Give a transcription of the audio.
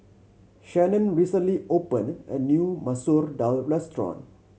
Shannon recently opened a new Masoor Dal restaurant